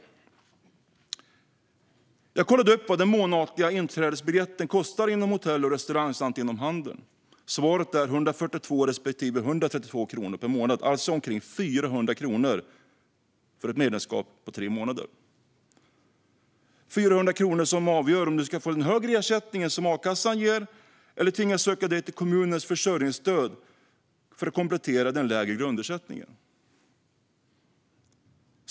Jag har kollat upp vad den månatliga inträdesbiljetten kostar inom hotell och restaurang samt inom handeln. Svaret är 142 respektive 132 kronor per månad, alltså omkring 400 kronor för ett medlemskap i tre månader. Det är 400 kronor som avgör om du ska få den högre ersättningen som a-kassan ger eller tvingas att söka dig till kommunens försörjningsstöd för att komplettera den lägre grundersättningen.